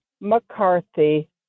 McCarthy